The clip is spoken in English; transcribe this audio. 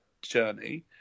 journey